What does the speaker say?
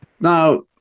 now